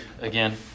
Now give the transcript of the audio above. again